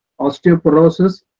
osteoporosis